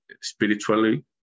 spiritually